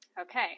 Okay